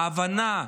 ההבנה,